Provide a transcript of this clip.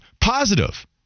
positive